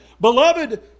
Beloved